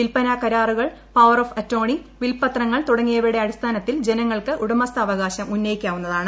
വിൽപ്പനാ കരാറുകൾ പവർ ഓഷ്ട്ര അ്റ്റോർണി വിൽപ്പത്രങ്ങൾ തുടങ്ങിയവയുടെ അടിസ്ഥാനത്തിൽ പ്രജ്നങ്ങൾക്ക് ഉടമസ്ഥാവകാശം ഉന്നയിക്കാവുന്നതാണ്